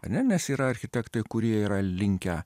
ane nes yra architektai kurie yra linkę